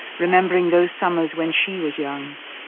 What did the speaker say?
remembering those summers when she was young.